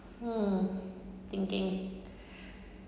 mm thinking